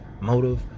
motive